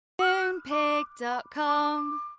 Moonpig.com